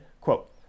quote